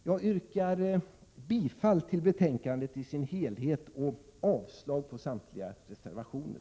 Jag yrkar bifall till utskottets hemställan och avslag på samtliga reservationer.